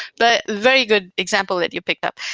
but very good example that you picked up.